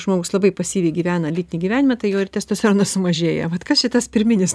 žmogus labai pasyviai gyvena lytinį gyvenimą tai jo ir testosteronas sumažėja vat kas čia tas pirminis